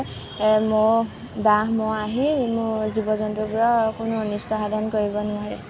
মহ দাহ মহ আহি মোৰ জীৱ জন্তুবোৰৰ কোনো অনিষ্ট সাধন কৰিব নোৱাৰে